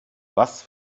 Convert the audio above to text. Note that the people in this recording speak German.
was